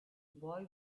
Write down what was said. boy